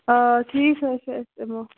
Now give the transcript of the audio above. آ ٹھیٖک حَظ چھُ أسۍ یمو